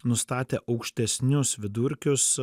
nustatę aukštesnius vidurkius